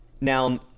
Now